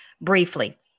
briefly